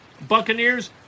Buccaneers